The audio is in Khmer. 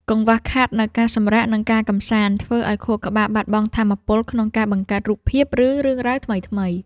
កង្វះខាតនូវការសម្រាក និងការកម្សាន្ត ធ្វើឱ្យខួរក្បាលបាត់បង់ថាមពលក្នុងការបង្កើតរូបភាព ឬរឿងរ៉ាវថ្មីៗ។